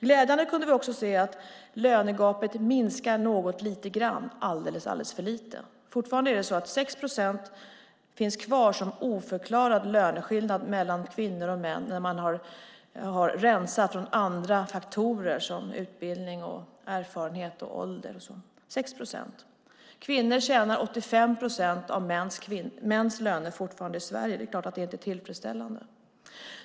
Glädjande kunde vi också se att lönegapet minskar lite grann, men det är alldeles för lite. Fortfarande är det 6 procent som finns kvar som oförklarad löneskillnad mellan kvinnor och män när man har rensat från andra faktorer som utbildning, erfarenhet och ålder. Kvinnor tjänar 85 procent av vad män gör i Sverige. Det är klart att det inte är tillfredsställande.